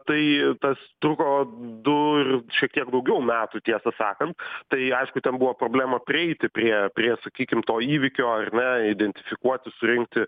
tai tas truko du ir šiek tiek daugiau metų tiesą sakant tai aišku ten buvo problema prieiti prie prie sakykim to įvykio ar ne identifikuoti surinkti